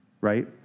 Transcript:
right